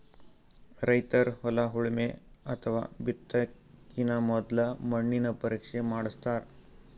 ರೈತರ್ ಹೊಲ ಉಳಮೆ ಅಥವಾ ಬಿತ್ತಕಿನ ಮೊದ್ಲ ಮಣ್ಣಿನ ಪರೀಕ್ಷೆ ಮಾಡಸ್ತಾರ್